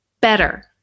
better